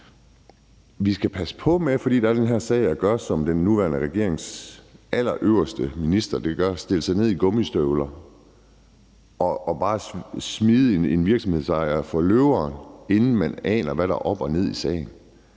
her sag passe på med at gøre, som den nuværende regerings allerøverste minister gør, altså at stille sig derhen i gummistøvler og bare smide en virksomhedsejer for løverne, inden man aner, hvad der er op og ned i sagen.